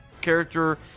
character